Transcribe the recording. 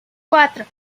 cuatro